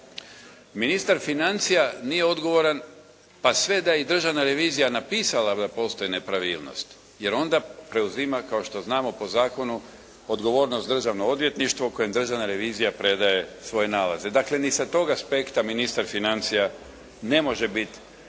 Ministar financija nije odgovoran, pa sve da je i Državna revizija napisala da postoji nepravilnost. Jer onda preuzima kao što znamo po zakonu odgovornost Državno odvjetništvo kojem Državna revizija predaje svoje nalaze. Dakle, ni sa tog aspekta ministar financija ne može biti